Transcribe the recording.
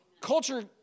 culture